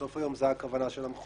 בסוף היום זאת הכוונה של המחוקק.